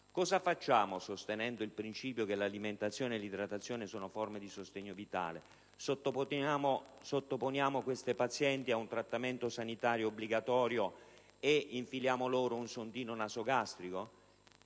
cosa facciamo, sostenendo il principio che l'alimentazione e l'idratazione sono forme di sostegno vitale: sottoponiamo queste pazienti ad un trattamento sanitario obbligatorio e infiliamo loro un sondino nasogastrico?